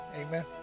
Amen